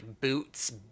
boots